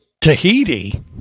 Tahiti